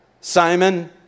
Simon